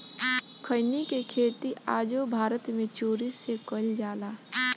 खईनी के खेती आजो भारत मे चोरी से कईल जाला